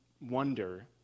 wonder